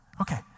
okay